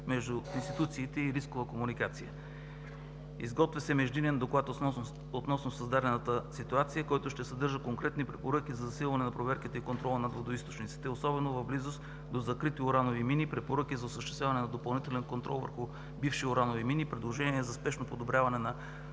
че времето е изтекло.) Изготвя се междинен доклад относно създадената ситуация, който ще съдържа конкретни препоръки за засилване на проверките и контрола над водоизточниците, особено в близост до закрити уранови мини, препоръки за осъществяване на допълнителен контрол върху бивши уранови мини, предложения за спешно подобряване на